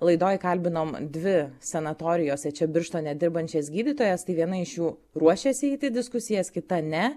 laidoj kalbinom dvi sanatorijose čia birštone dirbančias gydytojas tai viena iš jų ruošėsi eiti į diskusijas kita ne